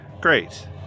Great